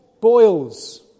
boils